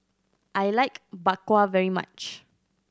I like Bak Kwa very much